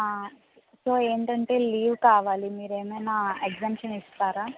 so ఏంటంటే leave కావాలి మీరేమైనా ఎగ్జంప్షన్ ఇస్తారా